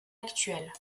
actuelle